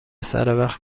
سروقت